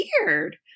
weird